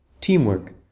Teamwork